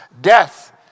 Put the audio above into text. death